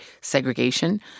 segregation